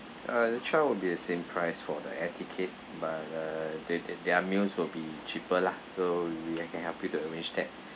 uh the child will be the same price for the air ticket but uh th~ th~ their meals will be cheaper lah so we c~ can help you to arrange that